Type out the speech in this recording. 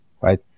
right